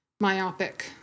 myopic